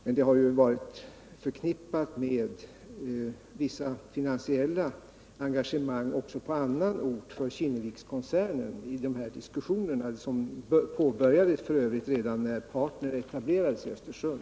Stödet har f. ö. varit förknippat med vissa finansiella engagemang också på annan ort för Kinnevikskoncernen i de diskussioner som påbörjades redan när Partner etablerades i Östersund.